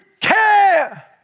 care